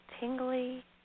tingly